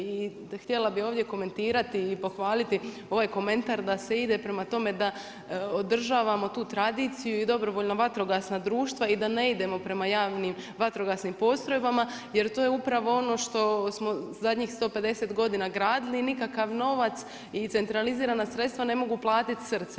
I htjela bi ovdje komentirati i pohvaliti ovaj komentar da se ide prema tome da održavamo tu tradiciju i dobrovoljna vatrogasna društva i da ne idemo prema javnim vatrogasnim postrojbama, jer to je upravo ono što smo zadnjih 150 g gradili i nikakvi novac i centralizirana sredstva ne mogu platiti srce.